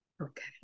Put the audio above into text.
Okay